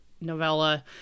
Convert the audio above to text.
novella